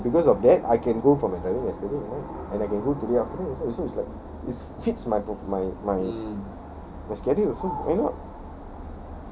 ah and because of that I can go for my driving yesterday right and I can go today afternoon so so it's like it fits my my my schedule also why not